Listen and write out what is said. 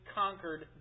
conquered